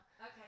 Okay